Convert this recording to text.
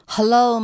Hello